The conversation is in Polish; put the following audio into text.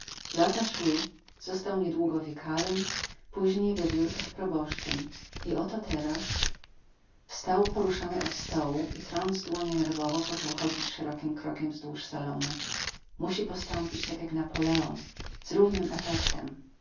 lata szły został niedługo wikarym później we wiórkach proboszczem i oto teraz wstał poruszony od stołu i trąc dłonie nerwowo począł chodzić szerokim krokiem wzdłuż salonu musi postąpić tak jak napoleon z równym efektem